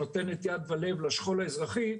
שנותנת יד ולב בשכול אזרחי.